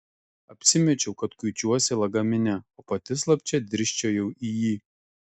apsimečiau kad kuičiuosi lagamine o pati slapčia dirsčiojau į jį